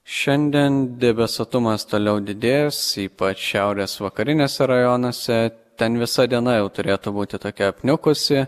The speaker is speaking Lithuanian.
šiandien debesuotumas toliau didės ypač šiaurės vakariniuose rajonuose ten visa diena jau turėtų būti tokia apniukusi